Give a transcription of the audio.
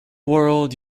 world